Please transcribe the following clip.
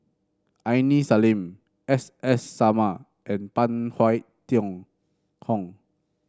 Aini Salim S S Sarma and Phan Wait Hong